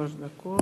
שלוש דקות.